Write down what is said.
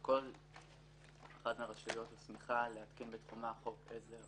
כל אחת מהרשויות הוסמכה להתקין בתחומה חוק עזר